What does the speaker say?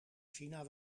china